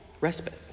respite